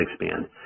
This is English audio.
expand